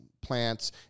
plants